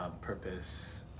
purpose